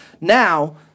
now